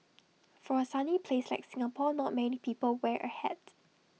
for A sunny place like Singapore not many people wear A hat